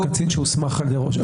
קצין שהוסמך על ידי ראש אח"מ.